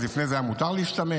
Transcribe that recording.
לפני זה היה מותר להשתמט?